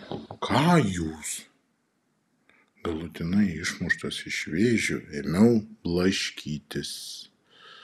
ką jūs galutinai išmuštas iš vėžių ėmiau blaškytis